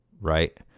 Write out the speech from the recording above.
right